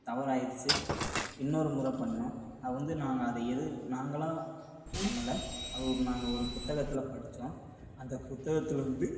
தவறாயிருச்சு இன்னொரு முறை பண்ணோம் அது வந்து நாங்கள் அதை எது நாங்களாக பண்ணலை அது ஒரு நாங்கள் ஒரு புத்தகத்தில் படித்தோம் அந்த புத்தகத்தில் வந்து